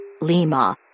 Lima